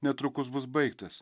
netrukus bus baigtas